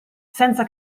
senza